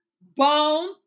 Bone